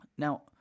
Now